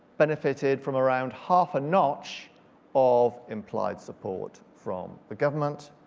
benefited from around half a notch of implied support from the government.